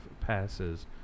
passes